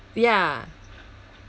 ya